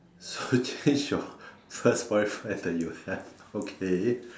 so change your first boyfriend that you have okay